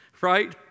right